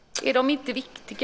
Är de inte viktiga?